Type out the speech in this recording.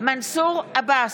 מנסור עבאס,